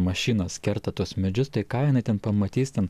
mašinos kerta tuos medžius tai ką jinai ten pamatys ten